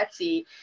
Etsy